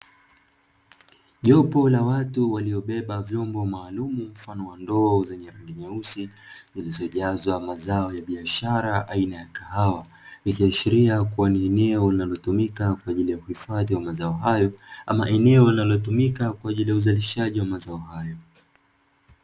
Jopo la watu, waliobeba vyombo maalumu mfano wa ndoo zenye rangi nyeusi, zilizojazwa mazao ya biashara aina ya kahawa. Ikiashiria kuwa ni eneo linalotumika kwa ajili ya kuhifadhi mazao hayo, ama eneo linalotumika kwa ajili ya uzalishaji wa mazao hayo.